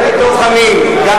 סגן השר.